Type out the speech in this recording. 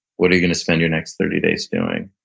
what are you going to spend your next thirty days doing?